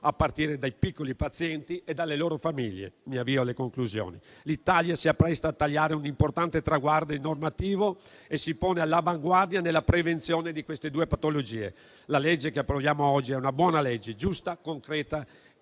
a partire dai piccoli pazienti e dalle loro famiglie. L'Italia si appresta a tagliare un importante traguardo normativo e si pone all'avanguardia nella prevenzione di queste due patologie. In conclusione, quella che approviamo oggi è una buona legge, giusta, concreta e condivisa.